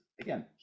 Again